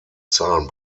zahlen